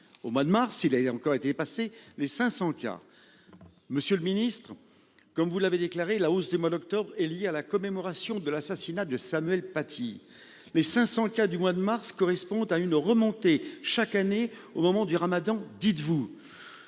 au mois de mars, il avait encore été dépassé les 500 cas. Monsieur le Ministre, comme vous l'avez déclaré la hausse du mois d'octobre est liée à la commémoration de l'assassinat de Samuel Paty, mais 500 cas du mois de mars correspond à une remontée chaque année au moment du ramadan dites-vous